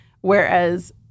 whereas